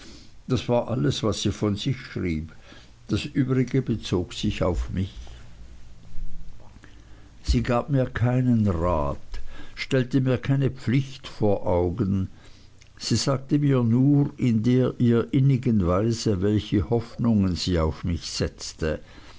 das war alles was sie von sich schrieb das übrige bezog sich auf mich sie gab mir keinen rat stellte mir keine pflicht vor augen sie sagte mir nur in der ihr eignen innigen weise welche hoffnungen sie auf mich setzte